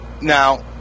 now